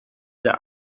der